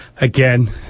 again